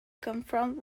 confront